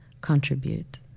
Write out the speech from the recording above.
contribute